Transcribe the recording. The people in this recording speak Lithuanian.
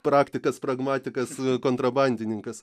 praktikas pragmatikas kontrabandininkas